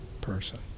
person